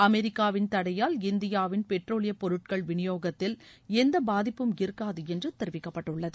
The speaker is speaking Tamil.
அமெரிக்காவின் தடையால் இந்தியாவின் டெரோலிய பொருட்கள் விநியோகத்தில் எந்த பாதிப்பும் இருக்காது என்று தெரிவிக்கப்பட்டுள்ளது